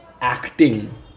acting